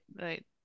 right